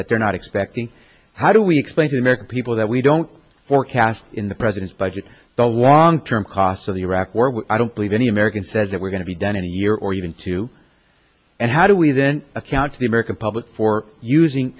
that they're not expecting how do we explain to the american people that we don't forecast in the president's budget the long term cost of the iraq war which i don't believe any american says that we're going to be done in a year or even two and how do we then account to the american public for using